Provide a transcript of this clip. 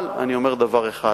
אבל אני אומר דבר אחד: